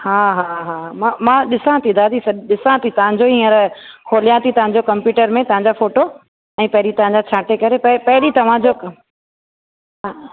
हा हा हा मां मां ॾिसां थी दादी सॾ ॾिसां थी तव्हांजो हीअंर खोलियो थी तव्हांजो कंप्यूटर में तव्हांजा फ़ोटो ऐं पहिरीं तव्हांजा छाटे करे पे पहिरीं तव्हांजो हा